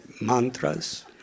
mantras